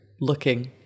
looking